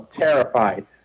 terrified